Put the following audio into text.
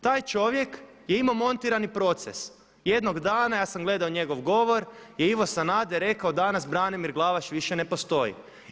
Taj čovjek je imao montirani proces, jednog dana, ja sam gledao njegov govor je Ivo Sanader je rekao danas Branimir Glavaš više ne postoji.